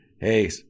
hey